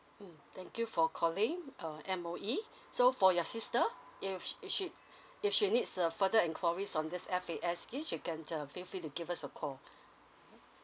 mm thank you for calling uh M_O_E so for your sister if she if she needs a further inquiries on this F_A_S scheme she can uh feel free to give us a call